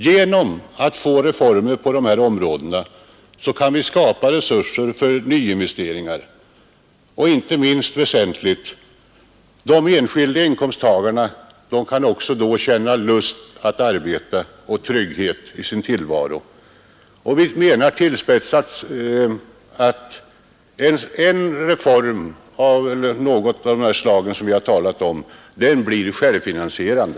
Genom reformer på dessa områden kan vi skapa resurser för nyinvesteringar. Inte minst väsentligt är att de enskilda inkomsttagarna då också kan känna lust att arbeta och trygghet i sin tillvaro. Vi menar tillspetsat att en reform av det slag som vi talat om blir självfinansierande.